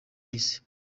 y’isi